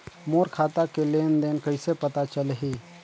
मोर खाता के लेन देन कइसे पता चलही?